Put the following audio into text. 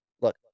Look